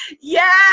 yes